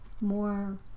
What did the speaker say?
more